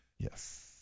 Yes